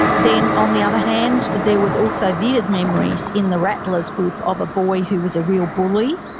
then on the other hand, there was also vivid memories in the rattlers group of a boy who was a real bully.